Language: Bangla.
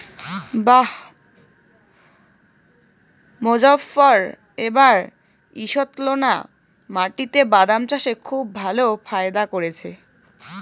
বাঃ মোজফ্ফর এবার ঈষৎলোনা মাটিতে বাদাম চাষে খুব ভালো ফায়দা করেছে